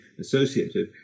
associated